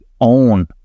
own